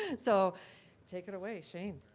so take it away, shane.